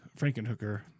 Frankenhooker